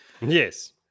Yes